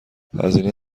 هزینه